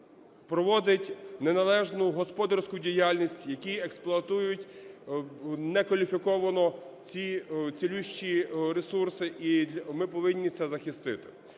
проводить неналежну господарську діяльність, які експлуатують некваліфіковано ці цілющі ресурси, і ми повинні це захистити.